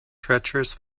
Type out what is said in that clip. treacherous